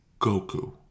Goku